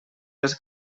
les